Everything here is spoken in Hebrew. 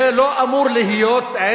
גם אנחנו זה לא אמור להיות ערך.